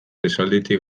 esalditik